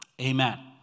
Amen